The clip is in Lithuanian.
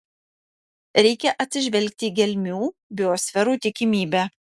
reikia atsižvelgti į gelmių biosferų tikimybę